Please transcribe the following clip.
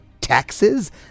taxes